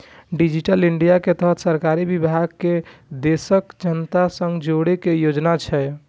digital India के तहत सरकारी विभाग कें देशक जनता सं जोड़ै के योजना छै